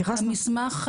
המסמך,